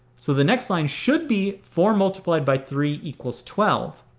so the next line should be four multiplied by three equals twelve.